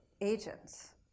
agents